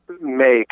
make